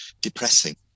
depressing